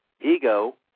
ego